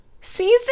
season